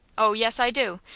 oh, yes, i do.